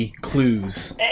clues